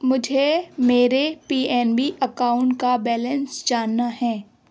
مجھے میرے P N B account کا بیلنس جاننا ہے